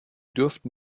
dürften